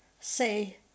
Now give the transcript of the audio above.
say